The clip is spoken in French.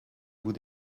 vous